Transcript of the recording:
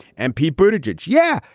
and pete bruited. yeah,